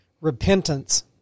repentance